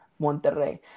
Monterrey